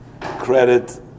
credit